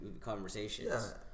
conversations